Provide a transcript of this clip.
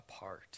apart